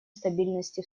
стабильности